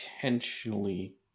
intentionally